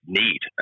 need